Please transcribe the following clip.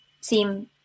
seem